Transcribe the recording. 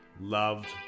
Loved